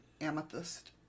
amethyst